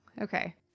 Okay